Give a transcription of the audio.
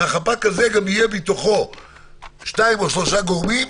ובחפ"ק הזה גם יהיו שניים או שלושה גורמים,